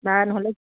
বা নহ'লে